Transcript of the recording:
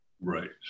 Right